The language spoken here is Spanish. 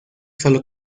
sólo